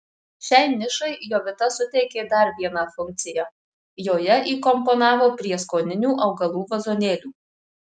šiai nišai jovita suteikė dar vieną funkciją joje įkomponavo prieskoninių augalų vazonėlių